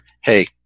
hey